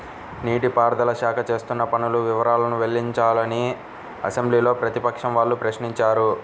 నీటి పారుదల శాఖ చేస్తున్న పనుల వివరాలను వెల్లడించాలని అసెంబ్లీలో ప్రతిపక్షం వాళ్ళు ప్రశ్నించారు